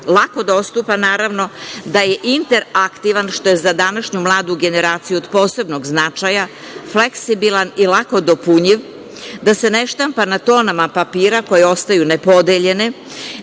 lako dostupan, naravno, da je interaktivan, što je za današnju mladu generaciju od posebnog značaja, fleksibilan i lako dopunjiv, da se ne štampa na tonama papira koje ostaju nepodeljene,